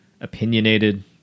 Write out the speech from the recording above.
opinionated